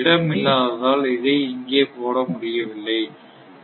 இடம் இல்லாததால் இதை இங்கே போட முடியவில்லை